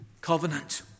covenant